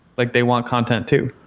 like they want content too,